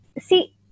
See